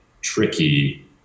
tricky